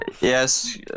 Yes